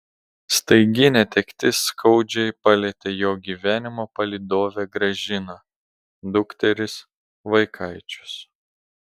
staigi netektis skaudžiai palietė jo gyvenimo palydovę gražiną dukteris vaikaičius